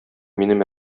минем